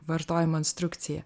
vartojimo instrukcija